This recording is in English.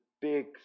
big